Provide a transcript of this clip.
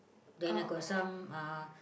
then I got some uh